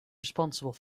responsible